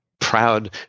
proud